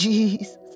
Jesus